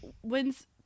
when's